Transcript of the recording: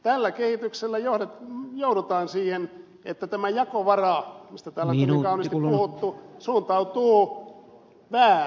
tällä kehityksellä joudutaan siihen että tämä jako osuus mistä täällä on kovin kauniisti puhuttu suuntautuu väärin